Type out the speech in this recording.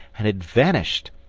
and had vanished,